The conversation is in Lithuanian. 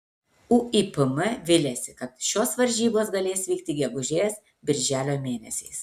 uipm viliasi kad šios varžybos galės vykti gegužės birželio mėnesiais